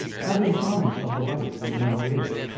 having promise of the life that now is,